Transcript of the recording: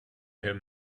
him